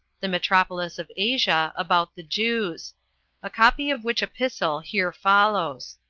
the metropolis of asia, about the jews a copy of which epistle here follows